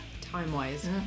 time-wise